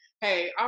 Hey